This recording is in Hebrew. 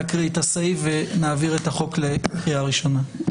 נקריא את הסעיף, ונעביר את החוק לקריאה ראשונה.